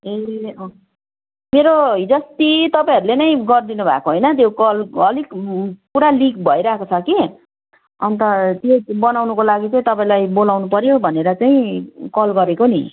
ए अँ मेरो हिजोअस्ति तपाईँहरूले नै गरिदिनु भएको होइन त्यो कल अलिक पुरा लिक भइरहेको छ कि अन्त त्यो बनाउनको लागि चाहिँ तपाईँलाई बोलाउनुपर्यो भनेर चाहिँ कल गरेको नि